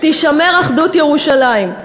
תישמר אחדות ירושלים,